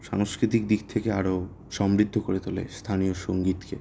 সাংস্কৃতিক দিক থেকে আরও সমৃদ্ধ করে তোলে স্থানীয় সংগীতকে